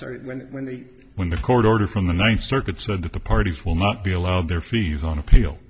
started when when the when the court order from the ninth circuit said that the parties will not be allowed their fees on appeal